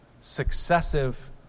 successive